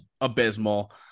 abysmal